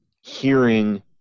hearing